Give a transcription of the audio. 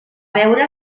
veure